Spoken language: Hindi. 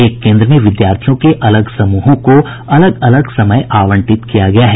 एक केन्द्र में विद्यार्थियों के अलग समूहों को अलग अलग समय आवंटित किया गया है